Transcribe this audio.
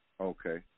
Okay